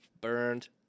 burned